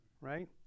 Right